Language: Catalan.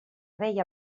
veia